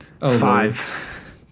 Five